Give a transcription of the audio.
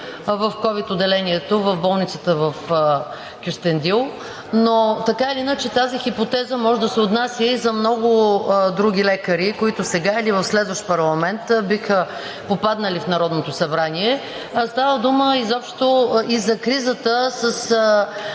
в ковид отделението в болницата в Кюстендил, но така или иначе тази хипотеза може да се отнася и за много други лекари, които сега или в следващ парламент биха попаднали в Народното събрание. Става дума изобщо за кризата с